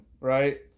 right